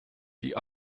die